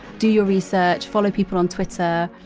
do your research follow people on twitter,